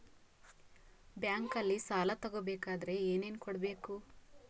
ಬ್ಯಾಂಕಲ್ಲಿ ಸಾಲ ತಗೋ ಬೇಕಾದರೆ ಏನೇನು ಕೊಡಬೇಕು?